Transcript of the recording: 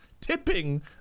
Tipping